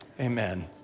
amen